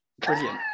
brilliant